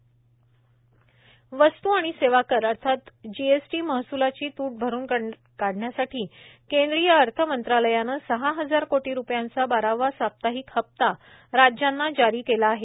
वस्तू आणि सेवा कर एअर वस्तू आणि सेवा कर जीएसटी महसूलाची तूट भरुन काढण्यासाठी केंद्रीय अर्थ मंत्रालयानं सहा हजार कोटी रुपयांचा बारावा साप्ताहिक हसा राज्यांना जारी केला आहे